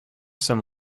some